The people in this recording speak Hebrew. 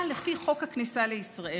אלא לפי חוק הכניסה לישראל,